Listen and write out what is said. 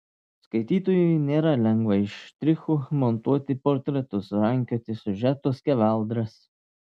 skaitytojui nėra lengva iš štrichų montuoti portretus rankioti siužeto skeveldras